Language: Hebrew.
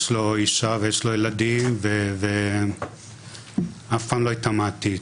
יש לו אישה ויש לו ילדים, ואף פעם לא התעמתי איתו.